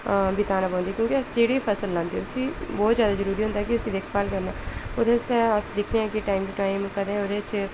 बिताना पौंदी क्योंकी असें जेह्ड़ी बी फसल लांदे उसी बहुत जैदा जरूरी होंदी ऐ कि देखभाल करना ओह्दे आस्तै अस दिक्खने आं कि टाइम टाइम उप्पर ओह्दे च